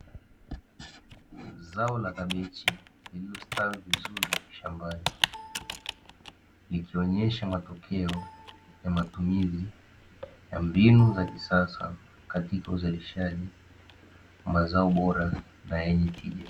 Zao la kabichi lililostawi vizuri shambani, likionyesha matokeo ya matumizi ya mbinu za kisasa katika uzalishaji wa mazao bora na yenye tija.